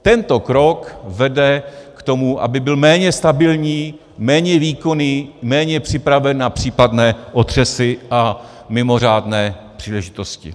Tento krok vede k tomu, aby byl méně stabilní, méně výkonný, méně připravený na případné otřesy a mimořádné příležitosti.